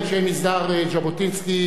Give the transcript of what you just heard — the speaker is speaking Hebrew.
אנשי מסדר ז'בוטינסקי,